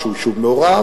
שהוא יישוב מעורב,